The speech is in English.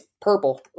purple